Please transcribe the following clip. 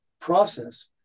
process